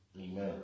Amen